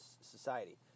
society